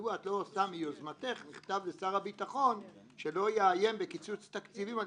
מדוע לא מיוזמתך את עושה מכתב לשר הביטחון שלא יאיים בקיצוץ תקציבים?